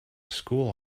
school